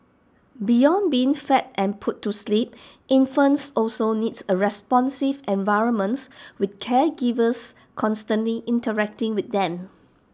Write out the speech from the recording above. beyond being fed and put to sleep infants also need A responsive environment with caregivers constantly interacting with them